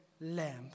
lamb